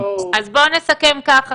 אז בוא נסכם ככה,